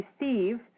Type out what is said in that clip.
receive